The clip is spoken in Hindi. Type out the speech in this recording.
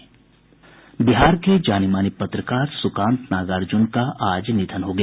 बिहार के जाने माने पत्रकार सुकांत नागार्जुन का आज निधन हो गया